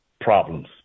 problems